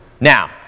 Now